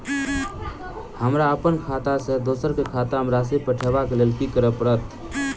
हमरा अप्पन खाता सँ दोसर केँ खाता मे राशि पठेवाक लेल की करऽ पड़त?